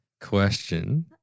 Question